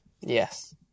Yes